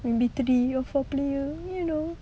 maybe three or four player you know